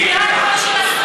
אבל יש פה מחדל של עשור.